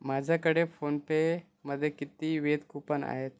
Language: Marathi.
माझ्याकडे फोनपेमध्ये किती वेद कूपन आहेत